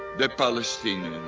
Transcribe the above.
the palestinians,